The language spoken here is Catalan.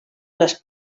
les